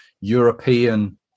European